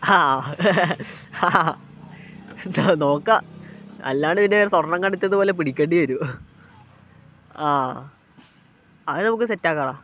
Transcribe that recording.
ആ ദാ നോക്കാം അല്ലാണ്ട് പിന്നെ സ്വർണ്ണം കടത്തിയതിന് പോലെ പിടിക്കേണ്ടി വരും ആ അത് നമുക്ക് സെറ്റ് ആക്കാമെടാ